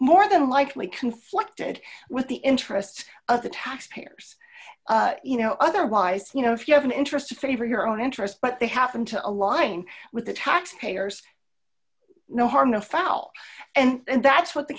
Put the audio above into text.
more than likely conflicted with the interests of the taxpayers you know otherwise you know if you have an interest free for your own interest but they happen to a lying with the taxpayers no harm no foul and that's what the